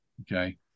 Okay